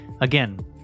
Again